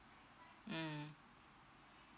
mm